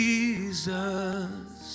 Jesus